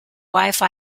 wifi